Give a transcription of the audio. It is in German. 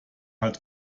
hat